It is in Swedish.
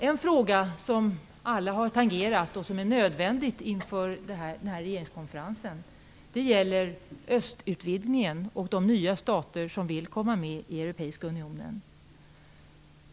En fråga som alla har tangerat - vilket är nödvändigt inför regeringskonferensen - gäller östutvidgningen och de nya stater som vill komma med i Europeiska unionen.